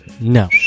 No